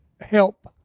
help